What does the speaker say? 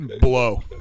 Blow